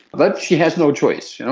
but she has no choice. yeah